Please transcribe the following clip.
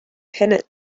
pinnate